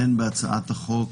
אין בהצעת החוק,